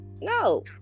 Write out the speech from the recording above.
no